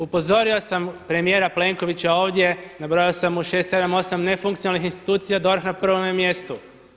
Upozorio sam premijera Plenkovića ovdje, nabrojao sam mu 6, 7, 8 nefunkcionalnih institucija DORH-a na prvome mjestu.